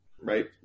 right